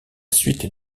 suite